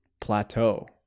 plateau